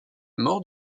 mort